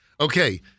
Okay